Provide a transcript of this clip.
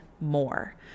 more